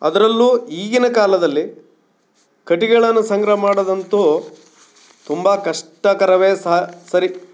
ಅದರಲ್ಲೂ ಈಗಿನ ಕಾಲದಲ್ಲಿ ಕಟ್ಟಿಗೆಗಳನ್ನು ಸಂಗ್ರಹ ಮಾಡೋದಂತೂ ತುಂಬ ಕಷ್ಟಕರವೇ ಸಾ ಸರಿ